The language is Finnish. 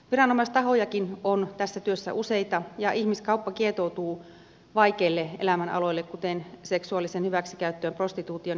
viranomaistahojakin on tässä työssä useita ja ihmiskauppa kietoutuu vaikeille elämänaloille kuten seksuaaliseen hyväksikäyttöön prostituutioon ja paritukseen